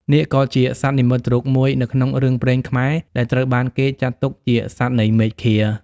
នាគក៏ជាសត្វនិមិត្តរូបមួយនៅក្នុងរឿងព្រេងខ្មែរដែលត្រូវបានគេចាត់ទុកជាសត្វនៃមេឃា។